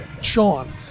Sean